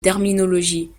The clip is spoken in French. terminologie